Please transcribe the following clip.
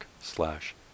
slash